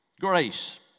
Grace